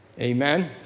Amen